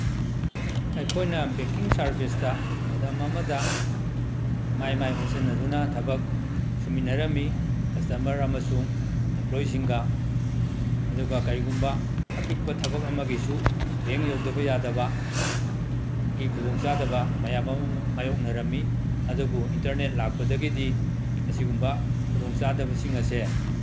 ꯑꯩꯈꯣꯏꯅ ꯕꯦꯡꯛꯀꯤꯡ ꯁꯔꯚꯤꯁꯇ ꯃꯇꯝ ꯑꯃꯗ ꯃꯥꯏ ꯃꯥꯏ ꯑꯣꯟꯁꯤꯟꯅꯗꯨꯅ ꯊꯕꯛ ꯁꯨꯃꯤꯟꯅꯔꯝꯃꯤ ꯀꯁꯇꯃꯔ ꯑꯃꯁꯨꯡ ꯑꯦꯝꯄ꯭ꯂꯣꯌꯤꯁꯤꯡꯒ ꯑꯗꯨꯒ ꯀꯔꯤꯒꯨꯝꯕ ꯑꯄꯤꯛꯄ ꯊꯕꯛ ꯑꯃꯒꯤꯁꯨ ꯕꯦꯡꯛ ꯌꯧꯗꯕ ꯌꯥꯗꯕꯒꯤ ꯈꯨꯗꯣꯡꯆꯥꯗꯕ ꯃꯌꯥꯝ ꯑꯃ ꯃꯥꯏꯌꯣꯛꯅꯔꯝꯃꯤ ꯑꯗꯨꯕꯨ ꯏꯟꯇꯔꯅꯦꯠ ꯂꯥꯛꯄꯗꯒꯤꯗꯤ ꯑꯁꯤꯒꯨꯝꯕ ꯈꯨꯗꯣꯡꯆꯥꯗꯕꯁꯤꯡ ꯑꯁꯦ